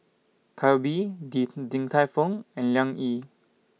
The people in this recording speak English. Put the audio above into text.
Calbee Di Din Tai Fung and Liang Yi